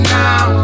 now